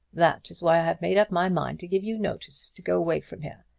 that is why i have made up my mind to give you notice, to go away from here.